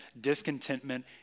discontentment